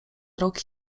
rok